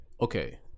Okay